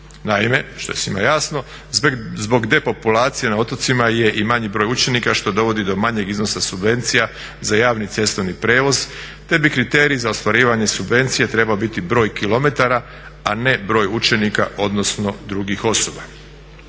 Naime, što je svima jasno, zbog depopulacije na otocima je i manji broj učenika što dovodi do manjeg iznosa subvencija za javni cestovni prijevoz, te bi kriterij za ostvarivanje subvencije trebao biti broj kilometara, a ne broj učenika odnosno drugih osoba.